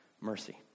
mercy